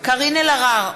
קארין אלהרר,